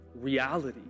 reality